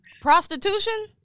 Prostitution